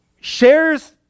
shares